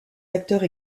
acteurs